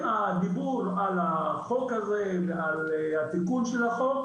הדיבור על החוק הזה ועל התיקון של החוק,